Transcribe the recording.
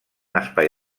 espai